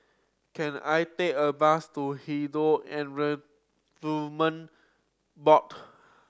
can I take a bus to Hindu Board